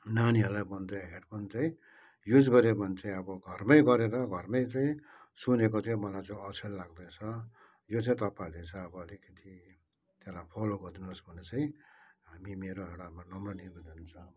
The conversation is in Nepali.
नानीहरूलाई भन्दा हेडफोन चाहिँ युज गऱ्यो भने चाहिँ अब घरमै गरेर घरमै चाहिँ सुनेको चाहिँ मलाई चाहिँ असल लाग्दैछ यो चाहिँ तपाईँहरूले चाहिँ अब अलिकिति त्यसलाई फलो गरिदिनोस् भनेर चाहिँ हामी मेरो एउटा नम्र निवेदन छ